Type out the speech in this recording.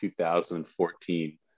2014